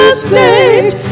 state